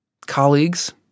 colleagues